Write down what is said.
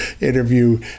interview